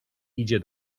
idzie